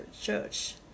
church